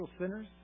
sinners